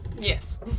Yes